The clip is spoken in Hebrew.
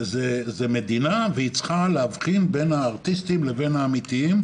זה מדינה והיא צריכה להבחין בין הארטיסטים לבין האמיתיים.